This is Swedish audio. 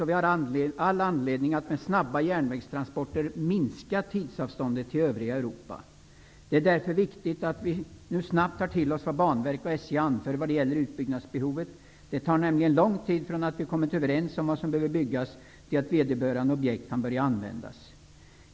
Vi har all anledning att med snabba järnvägstransporter minska tidsavståndet till övriga Europa. Det är därför viktigt att vi snabbt tar till oss vad Banverket och SJ anför när det gäller utbyggnadsbehovet. Det tar nämligen lång tid från det att vi kommit överens om vad som behöver byggas tills objektet i fråga kan börja användas.